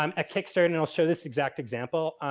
um at kickstarter, and i'll show this exact example,